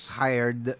hired